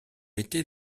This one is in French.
été